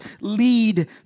lead